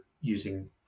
using